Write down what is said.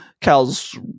Cal's